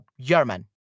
German